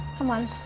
come on,